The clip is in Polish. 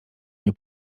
nie